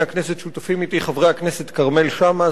הכנסת שותפים אתי חברי הכנסת כרמל שאמה,